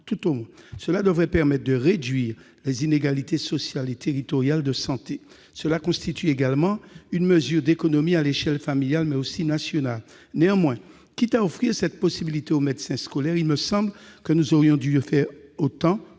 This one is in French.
tout au moins. Cela devrait permettre de réduire les inégalités sociales et territoriales de santé. Il s'agit également d'une mesure d'économie à l'échelle familiale, mais aussi nationale. Néanmoins, quitte à offrir cette possibilité aux médecins scolaires, il me semble que nous aurions dû en faire autant